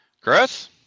chris